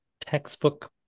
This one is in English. textbook